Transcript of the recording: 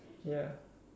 ya